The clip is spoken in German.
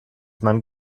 man